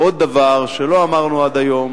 עוד דבר, שלא אמרנו עד היום,